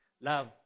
Love